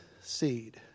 seed